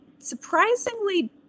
surprisingly